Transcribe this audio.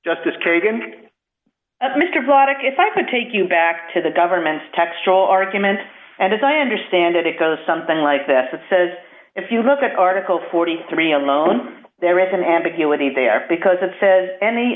vladik if i could take you back to the government's textual argument and as i understand it it goes something like this it says if you look at article forty three alone there is an ambiguity there because it says any